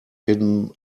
hidden